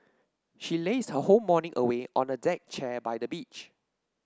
she lazed her whole morning away on a deck chair by the beach